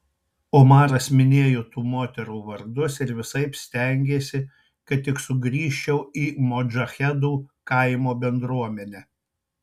omaras minėjo tų moterų vardus ir visaip stengėsi kad tik sugrįžčiau į modžahedų kaimo bendruomenę